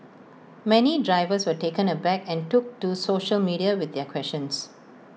many drivers were taken aback and took to social media with their questions